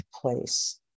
place